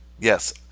Yes